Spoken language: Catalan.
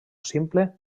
simple